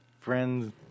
friends